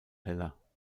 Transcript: heller